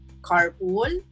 carpool